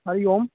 Hari Om